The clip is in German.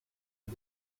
ein